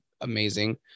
amazing